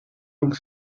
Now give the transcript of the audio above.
donc